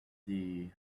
the